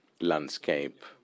landscape